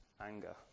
anger